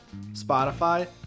Spotify